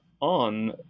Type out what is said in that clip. on